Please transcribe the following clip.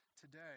today